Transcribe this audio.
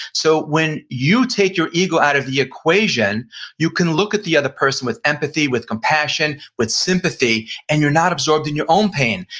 so when you take your ego out of the equation you can look at the other person with empathy, with compassion, with sympathy and you're not absorbed in your own pain.